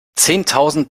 zehntausend